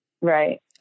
Right